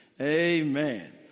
Amen